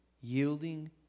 Yielding